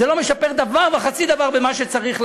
זה לא משפר דבר וחצי דבר במה שצריך לעשות.